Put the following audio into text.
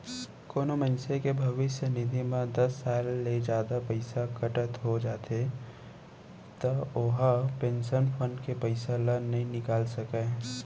कोनो मनसे के भविस्य निधि म दस साल ले जादा पइसा कटत हो जाथे त ओ ह पेंसन फंड के पइसा ल नइ निकाल सकय